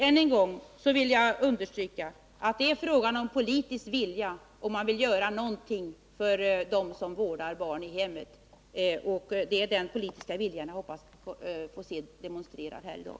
Än en gång vill jag understryka att det är fråga om politisk vilja, om man vill göra någonting för dem som vårdar barnen i hemmet. Jag hoppas att jag får se denna politiska vilja demonstrerad här i dag.